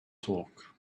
talk